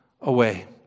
away